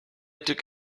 took